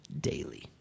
daily